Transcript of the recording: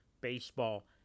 baseball